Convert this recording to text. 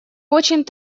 очень